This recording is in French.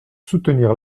soutenir